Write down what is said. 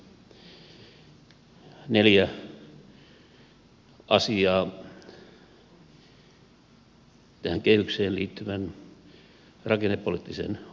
neljä asiaa tähän kehykseen liittyvän rakennepoliittisen ohjelman tavoitteista joissa on kyllä paljon hämärää